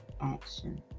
action